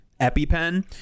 EpiPen